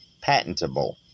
patentable